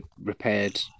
repaired